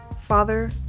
Father